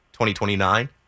2029